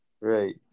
right